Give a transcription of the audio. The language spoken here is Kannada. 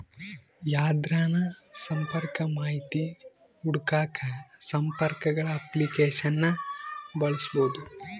ಯಾರ್ದನ ಸಂಪರ್ಕ ಮಾಹಿತಿ ಹುಡುಕಾಕ ಸಂಪರ್ಕಗುಳ ಅಪ್ಲಿಕೇಶನ್ನ ಬಳಸ್ಬೋದು